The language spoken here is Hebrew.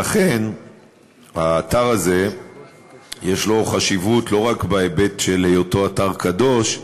לכן האתר הזה יש לו חשיבות לא רק בהיבט של היותו אתר קדוש,